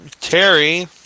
Terry